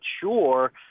sure